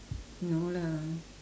no lah